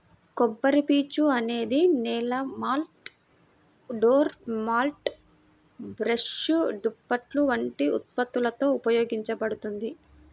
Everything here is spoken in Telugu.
కొబ్బరిపీచు అనేది నేల మాట్స్, డోర్ మ్యాట్లు, బ్రష్లు, దుప్పట్లు వంటి ఉత్పత్తులలో ఉపయోగించబడుతుంది